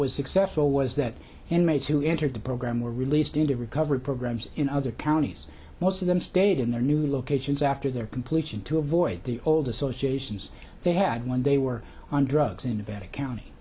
was successful was that an mates who entered the program were released into recovery programs in other counties most of them stayed in their new locations after their completion to avoid the old associations they had when they were on drugs in nevada county